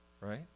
right